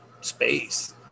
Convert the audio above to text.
space